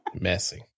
Messy